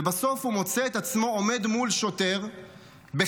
ובסוף הוא מוצא את עצמו עומד מול שוטר בחקירה